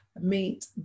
meet